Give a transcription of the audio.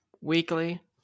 weekly